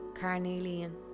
Carnelian